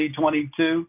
2022